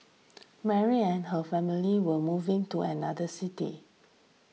Mary and her family were moving to another city